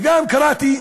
וגם קראתי,